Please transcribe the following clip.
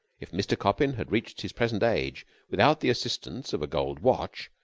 if mr. coppin had reached his present age without the assistance of a gold watch,